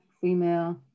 female